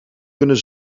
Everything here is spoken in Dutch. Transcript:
kunnen